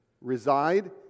reside